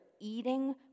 eating